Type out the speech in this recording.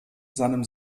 seinem